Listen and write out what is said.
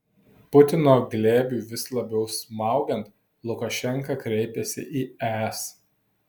putino glėbiui vis labiau smaugiant lukašenka kreipiasi į es